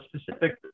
specific